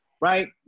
right